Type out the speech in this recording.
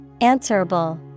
Answerable